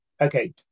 okay